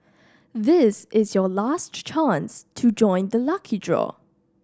this is your last chance to join the lucky draw